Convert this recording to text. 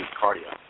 cardio